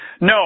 No